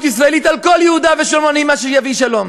ישראלית על כל יהודה ושומרון היא מה שיביא שלום,